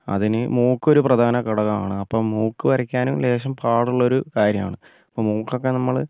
അതിന് മൂക്ക് ഒരു പ്രധാന ഘടകമാണ് അപ്പോൾ മൂക്ക് വരയ്ക്കാനും ലേശം പാടുള്ളൊരു കര്യമാണ് അപ്പോൾ മൂക്കൊക്കെ നമ്മൾ